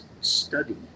study